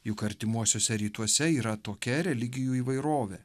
juk artimuosiuose rytuose yra tokia religijų įvairovė